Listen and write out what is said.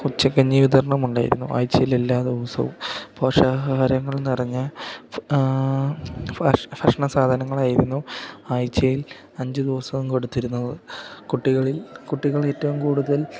ഉച്ചക്കഞ്ഞീ വിതരണം ഉണ്ടായിരുന്നു ആഴ്ച്ചയിൽ എല്ലാ ദിവസോവും പോഷകാഹാരങ്ങൾ നിറഞ്ഞ ഭക്ഷണം ഭക്ഷണം സാധനങ്ങൾ ആയിരുന്നു ആഴ്ച്ചയിൽ അഞ്ച് ദിവസം കൊടുത്തിരുന്നത് കുട്ടികളിൽ കുട്ടികളേറ്റോം കൂടുതൽ